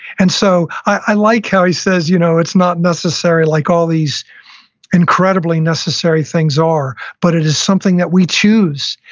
and so i like how he says you know it's not necessary like all these incredibly necessary things are, but it is something that we choose,